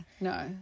No